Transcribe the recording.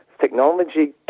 technology